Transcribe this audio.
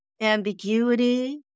ambiguity